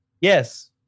Yes